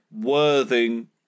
worthing